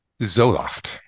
zoloft